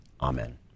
Amen